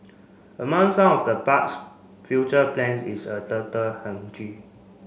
among some of the park's future plans is a turtle